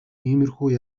иймэрхүү